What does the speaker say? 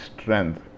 strength